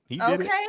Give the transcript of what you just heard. Okay